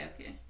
okay